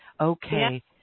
okay